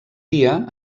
dia